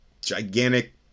gigantic